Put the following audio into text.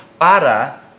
Para